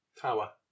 tower